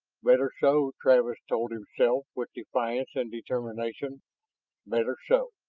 better so, travis told himself with defiance and determination better so!